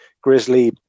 Grizzly